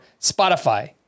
Spotify